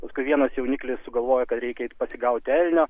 paskui vienas jauniklis sugalvoja kad reikia eiti pasigauti elnio